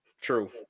True